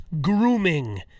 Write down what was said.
grooming